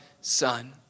son